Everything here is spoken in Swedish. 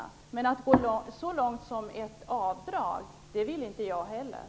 Jag vill inte heller gå så långt som till att införa ett avdrag.